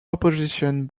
opposition